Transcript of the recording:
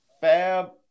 Fab